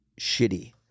shitty